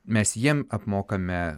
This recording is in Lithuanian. mes jiem apmokame